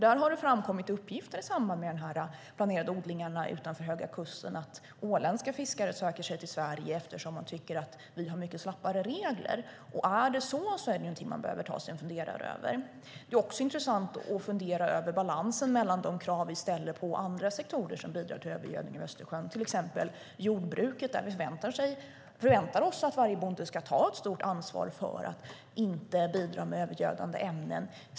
Det har framkommit uppgifter i samband med de planerade odlingarna utanför Höga kusten att åländska fiskare söker sig till Sverige eftersom de tycker att vi har mycket slappare regler. Om det är så behöver man nog ta sig en funderare. Det är också intressant att fundera över balansen mellan de krav som ställs på andra sektorer som bidrar till övergödning av Östersjön. När det gäller till exempel jordbruket förväntar vi oss att varje bonde ska ta ett stort ansvar för att inte släppa ut övergödande ämnen.